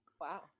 Wow